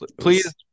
please